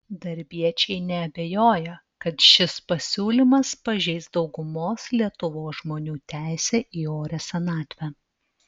darbiečiai neabejoja kad šis pasiūlymas pažeis daugumos lietuvos žmonių teisę į orią senatvę